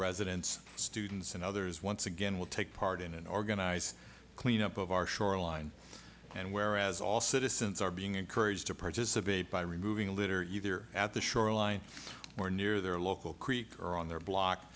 residents students and others once again will take part in an organized cleanup of our shoreline and whereas all citizens are being encouraged to participate by removing a litter either at the shoreline or near their local creek or on their block